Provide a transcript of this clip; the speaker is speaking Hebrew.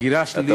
הגירה שלילית,